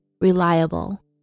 reliable